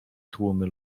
tłumy